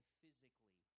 physically